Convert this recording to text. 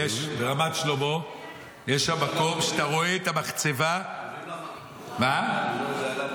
ברמת שלמה יש שם המקום שאתה רואה את המחצבה --- אבל אני לא יודע למה,